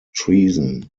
treason